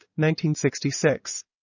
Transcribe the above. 1966